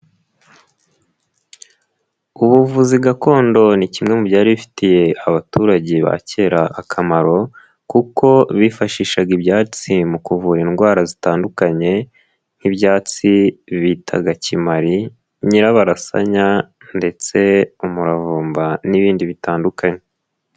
Ubuvuzi gakondo ni kimwe mu byari bifitiye abaturage ba kera akamaro, kuko bifashishaga ibyatsi mu kuvura indwara zitandukanye nk'ibyatsi bitaga kimari, nyirabarasanya ndetse umuravumba n'ibindi bitandukanye.